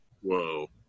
Whoa